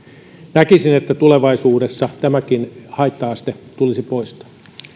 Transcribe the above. näkisin että tulevaisuudessa tämäkin haitta aste tulisi poistaa